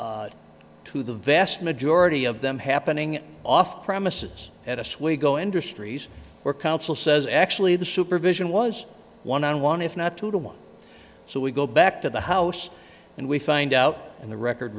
speaks to the vast majority of them happening off premises at us we go industries where council says actually the supervision was one on one if not two to one so we go back to the house and we find out in the record